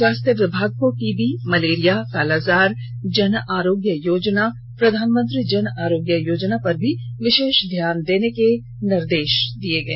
स्वास्थ्य विभाग को टीबी मलेरिया कालाजार जन आरोग्य योजना प्रधानमंत्री जन आरोग्य योजना पर भी विशेष ध्यान देने के निर्देश दिए गए